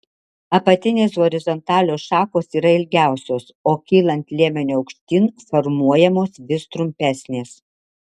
apatinės horizontalios šakos yra ilgiausios o kylant liemeniu aukštyn formuojamos vis trumpesnės